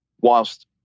whilst